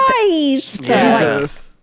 Jesus